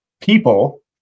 people